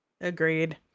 Agreed